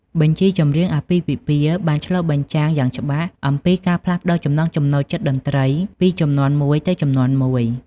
បញ្ជីចម្រៀងអាពាហ៍ពិពាហ៍បានឆ្លុះបញ្ចាំងយ៉ាងច្បាស់អំពីការផ្លាស់ប្តូរចំណង់ចំណូលចិត្តតន្ត្រីពីជំនាន់មួយទៅជំនាន់មួយ។